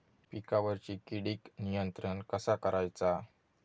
पिकावरची किडीक नियंत्रण कसा करायचा?